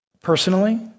Personally